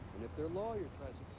and if their lawyer tries